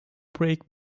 break